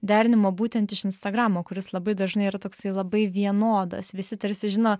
derinimo būtent iš instagramo kuris labai dažnai yra toksai labai vienodas visi tarsi žino